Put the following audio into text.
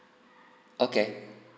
okay